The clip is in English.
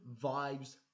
vibes